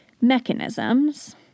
mechanisms